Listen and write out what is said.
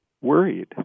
worried